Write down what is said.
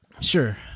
Sure